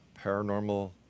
paranormal